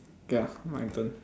ya my turn